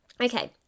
Okay